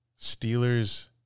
Steelers